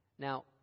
Now